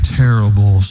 terrible